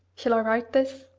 shall i write this?